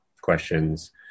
questions